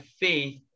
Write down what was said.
faith